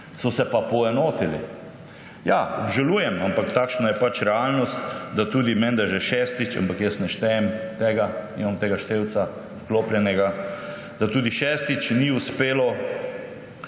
so se pa poenotili. Ja, obžalujem, ampak realnost je pač takšna, da tudi menda že šestič – ampak jaz ne štejem tega, nimam tega števca vklopljenega – da tudi šestič ni uspelo, da bi